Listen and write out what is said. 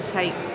take